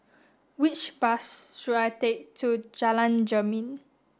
which bus should I take to Jalan Jermin